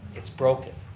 it's broken.